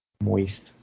Moist